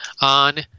on